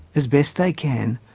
as best they can,